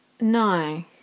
no